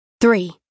Three